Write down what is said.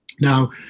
now